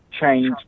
change